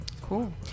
Cool